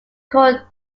court